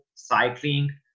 cycling